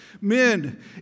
Men